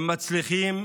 מצליחים